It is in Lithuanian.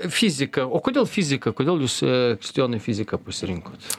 fizika o kodėl fizika kodėl jūs kristijonai fiziką pasirinkot